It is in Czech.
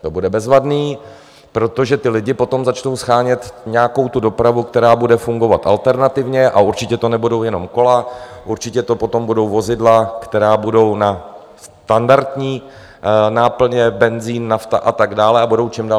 To bude bezvadný, protože ti lidi potom začnou nějakou tu dopravu, která bude fungovat alternativně, a určitě to nebudou jenom kola, určitě to potom budou vozidla, která budou na standardní náplně benzin, nafta a tak dál a budou čím dál stárnout.